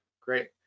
great